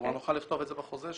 כלומר נוכל לכתוב את זה בחוזה,